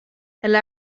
elle